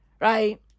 Right